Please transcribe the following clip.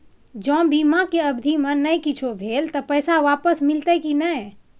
ज बीमा के अवधि म नय कुछो भेल त पैसा वापस मिलते की नय?